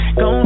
go